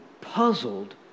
puzzled